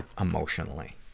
emotionally